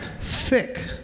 Thick